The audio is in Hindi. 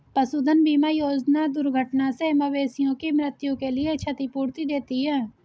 पशुधन बीमा योजना दुर्घटना से मवेशियों की मृत्यु के लिए क्षतिपूर्ति देती है